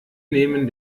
nehmen